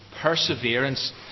Perseverance